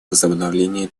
возобновления